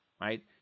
right